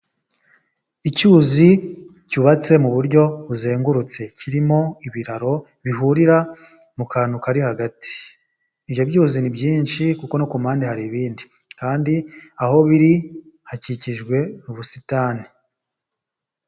Icyuzi cyubatse mu buryo buzengurutse, kirimo ibiraro bihurira mu kantu kari hagati, ibyo byose ni byinshi kuko no ku mpande hari ibindi, kandi aho biri hakikijweubusitani.